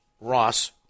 Ross